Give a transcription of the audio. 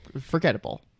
forgettable